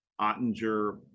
Ottinger